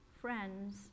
friends